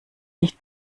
nicht